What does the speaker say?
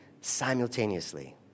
simultaneously